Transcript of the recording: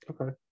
okay